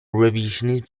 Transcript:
revisionism